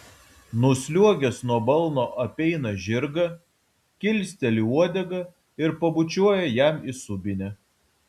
nusliuogęs nuo balno apeina žirgą kilsteli uodegą ir pabučiuoja jam į subinę